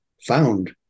found